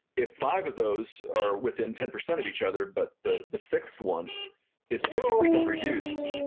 if five of those are within ten percent of each other, but the the sixth one is fifty percent reduced,